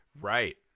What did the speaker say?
Right